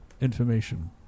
information